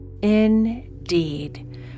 Indeed